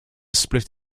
split